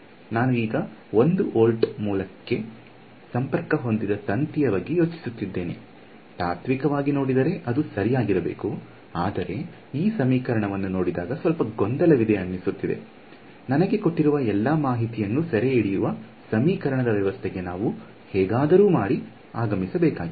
ನಾನು ಈಗ 1 ವೋಲ್ಟ್ ಮೂಲಕ್ಕೆ ಸಂಪರ್ಕ ಹೊಂದಿದ ತಂತಿಯ ಬಗ್ಗೆ ಯೋಚಿಸುತ್ತಿದ್ದೇನೆ ತಾತ್ವಿಕವಾಗಿ ನೋಡಿದರೆ ಅದು ಸರಿಯಾಗಿರಬೇಕು ಆದರೆ ಈ ಸಮೀಕರಣವನ್ನು ನೋಡಿದಾಗ ಸ್ವಲ್ಪ ಗೊಂದಲವಿದೆ ಅನ್ನಿಸುತ್ತಿದೆ ನನಗೆ ಕೊಟ್ಟಿರುವ ಎಲ್ಲಾ ಮಾಹಿತಿಯನ್ನು ಸೆರೆಹಿಡಿಯುವ ಸಮೀಕರಣದ ವ್ಯವಸ್ಥೆಗೆ ನಾವು ಹೇಗಾದರೂ ಮಾಡಿ ಆಗಮಿಸಬೇಕಾಗಿದೆ